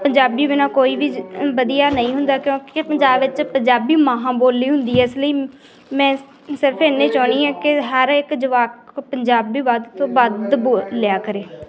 ਪੰਜਾਬੀ ਬਿਨਾਂ ਕੋਈ ਵੀ ਵਧੀਆ ਨਹੀਂ ਹੁੰਦਾ ਕਿਉਂਕਿ ਪੰਜਾਬ ਵਿੱਚ ਪੰਜਾਬੀ ਮਾਂ ਬੋਲੀ ਹੁੰਦੀ ਹੈ ਇਸ ਲਈ ਮੈਂ ਸਿਰਫ ਇੰਨਾ ਹੀ ਚਾਹੁੰਦੀ ਹਾਂ ਕਿ ਹਰ ਇੱਕ ਜਵਾਕ ਪੰਜਾਬੀ ਵੱਧ ਤੋਂ ਵੱਧ ਬੋਲਿਆ ਕਰੇ